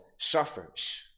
suffers